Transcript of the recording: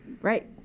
Right